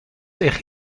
erg